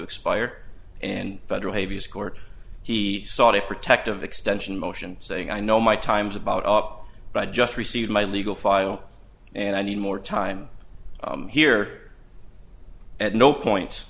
expire and federal habeas court he sought a protective extension motion saying i know my time's about up but i just received my legal file and i need more time here at no point